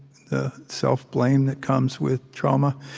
the self-blame that comes with trauma.